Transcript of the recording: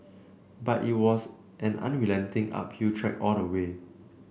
but it was an unrelenting uphill trek all the way